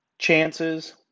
Chances